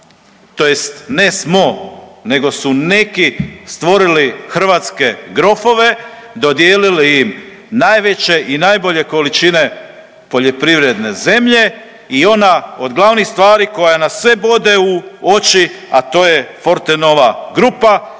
smo tj. ne smo, nego su neki stvorili hrvatske grofove, dodijelili im najveće i najbolje količine poljoprivredne zemlje i ona od glavnih stvari koja nas sve bode u oči, a to je Fortenova grupa